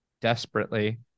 desperately